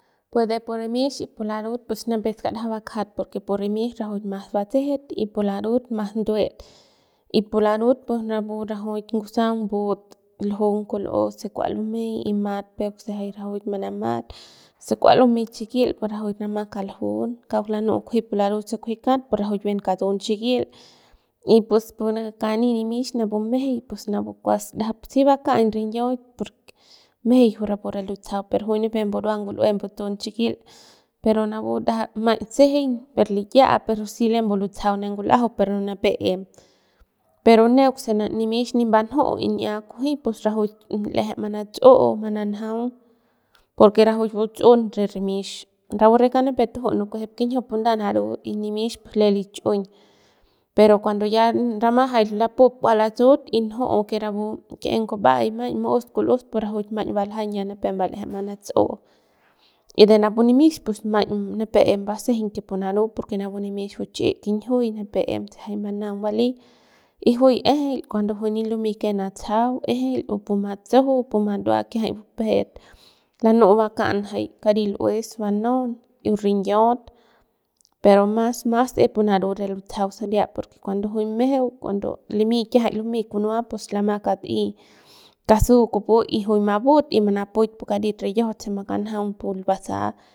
Pue de pu rimix y pu larut nipep skaraja mbukjat porque pu rimix rajuik mas batsejet y pu larut mas nduet y pu larut rapu rajuik ngusaung but ljung kul'os se kua lumey y mat peuk se jay rajuik manamat se kua lumeik xikil pu rajuik ramat kaljung kauk lanu'ut kunji pu larut se kujui kat pus rajuik bien katún xikil y pus pu kani nimix pus napu majey pus napu kuas ndajap si baka'aiñ rinyiaut por mejeiñ juy rapu re lutsajau juy nipep mburua ngul'ue batun xikil pero napu ndajap maiñ sejeiñ per liya'a pero si le lutsajau ne ngul'ajau per nipep em pero neuk se nimix nip mbanju'u y ni'ia kunji y rajuik l'eje manatsu'u manajaung porque rajuik batsu'un re rimix rapu re kauk nipep tuju'u nukuejep kinjiu pu nda naru y nda nimix lem lichiu'uñ pero ya jay rama jay lapup kua latsu'ut y nju'u que rapu e nguba'ai maiñ mo'us kul'us pu rajuik maiñ baljaiñ ya nipep mbaleje manatsu'u y de napu nimix pus maiñ nipep em mbasejeiñ que pu naru porque napu nimix chi'i kinjiuy nipep emse jay mbanaung bali y juy ejeil cuando juy nin lumey ke natsajau ejeil o puma tsuju o puma ndua kiajay bupe'et lanu'u bakan jay kari lu'ues banaun y ringiaut pero mas mas e pu naru re lutsajau saria porque cuando juy mejeu cuando limi kiajay lumey kunua pus la kat'ey kasu kupu y juy mabut y manapuik pu karit rikiajaut se makanjaung pul basa.